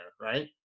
right